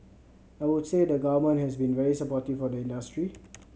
I would also say the Government has been very supportive of the industry